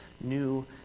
new